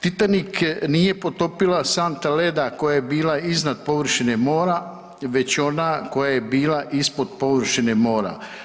Titanik nije potopila santa leda koja je bila iznad površine mora već ona koja je bila ispod površine mora.